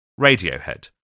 Radiohead